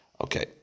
Okay